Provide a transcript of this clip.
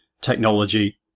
technology